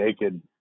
naked